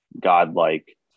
godlike